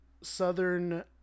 Southern